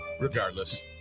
Regardless